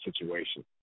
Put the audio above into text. situation